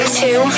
two